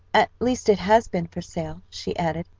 at least it has been for sale, she added.